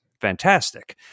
fantastic